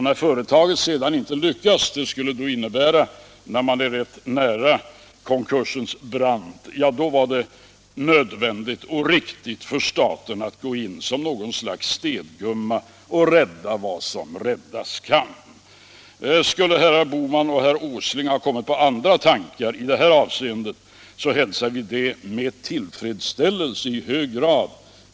När företaget sedan inte lyckas — det skulle då innebära att man var rätt nära konkursens brant — var det nödvändigt och riktigt för staten att gå in som något slags städgumma och rädda vad som räddas kan. Skulle herrar Bohman och Åsling ha kommit på andra tankar i det här avseendet hälsar vi det med tillfredsställelse i hög grad.